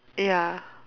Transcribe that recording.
ya